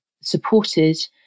supported